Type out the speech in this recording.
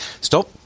stop